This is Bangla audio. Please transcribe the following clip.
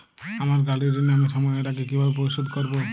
আমার গাড়ির ঋণ আমি সময়ের আগে কিভাবে পরিশোধ করবো?